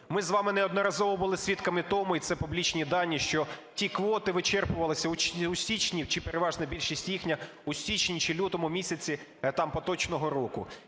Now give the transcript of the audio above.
Ми з вами неодноразово були свідками тому, і це публічні дані, що ті квоти вичерпувалися у січні, чи переважна більшість їхня, у січні чи лютому місяці поточного року.